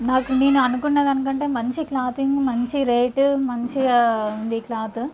నాకు నేను అనుకున్న దాని కంటే మంచి క్లాతింగ్ మంచి రేటు మంచిగా ఉంది క్లాతు